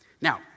Now